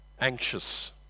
anxious